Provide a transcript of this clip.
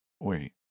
Wait